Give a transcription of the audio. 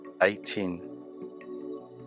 Eighteen